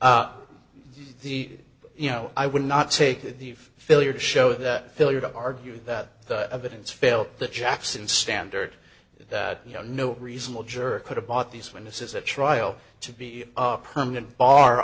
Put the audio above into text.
as the you know i would not take the failure to show that failure to argue that the evidence failed the jackson standard that you know no reasonable juror could have bought these witnesses at trial to be permanent bar